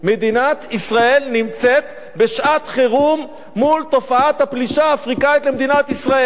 מדינת ישראל נמצאת בשעת חירום מול תופעת הפלישה האפריקנית למדינת ישראל.